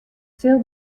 sil